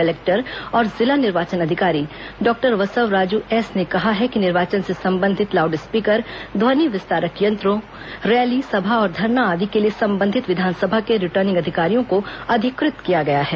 collector और जिला निर्वाचन अधिकारी डॉक्टर बसवराजू एस ने कहा है कि निर्वाचन से संबंधित लाउड स्पीकर ध्वनि विस्तारक यंत्रों रैली सभा और धरना आदि के लिए संबंधित विधानसभा के रिटर्निंग अधिकारियों को अधिकृत किया गया है